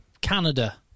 Canada